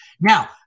Now